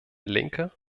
linke